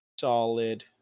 solid